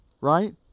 right